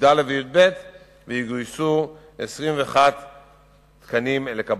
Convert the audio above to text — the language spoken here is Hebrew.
י"א וי"ב ויגויסו 21 תקנים לקב"סים.